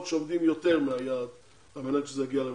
שעומדות יותר מהיעד על מנת שזה יגיע לממוצע.